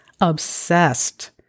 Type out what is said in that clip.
obsessed